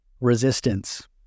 Resistance